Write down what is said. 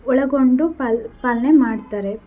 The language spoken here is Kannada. ಒಳಗೊಂಡು ಪಾಲ್ ಪಾಲನೆ ಮಾಡ್ತಾರೆ